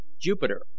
Jupiter